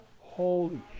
Holy